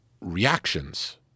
reactions